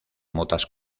motas